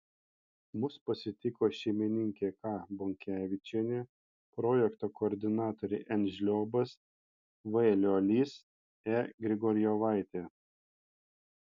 mus pasitiko šeimininkė k bonkevičienė projekto koordinatoriai n žliobas v liolys e grigorjevaitė